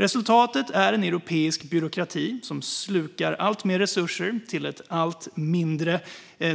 Resultatet är en europeisk byråkrati som slukar alltmer resurser till allt mindre